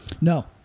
No